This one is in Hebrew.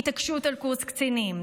התעקשות על קורס קצינים,